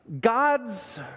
God's